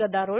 गदारोळ